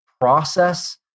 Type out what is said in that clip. process